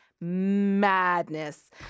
madness